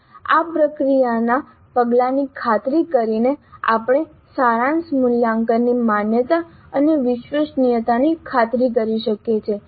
આ પ્રક્રિયાના પગલાંની ખાતરી કરીને આપણે સારાંશ મૂલ્યાંકનની માન્યતા અને વિશ્વસનીયતાની ખાતરી કરી શકીએ છીએ